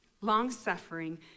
long-suffering